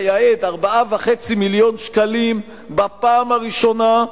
החוק מייעד 4.5 מיליון שקלים בפעם הראשונה,